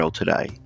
today